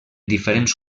diferents